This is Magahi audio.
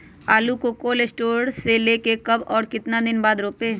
आलु को कोल शटोर से ले के कब और कितना दिन बाद रोपे?